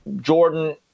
Jordan